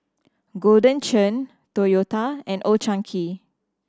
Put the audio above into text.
Golden Churn Toyota and Old Chang Kee